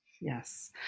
yes